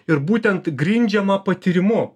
ir būtent grindžiamą patyrimu